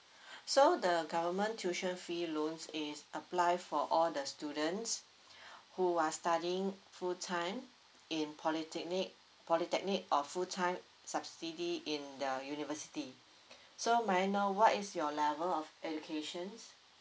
so the government tuition fee loans is apply for all the students who are studying full time in polytechnic polytechnic or full time subsidy in their university so may I know what is your level of educations